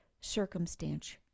circumstance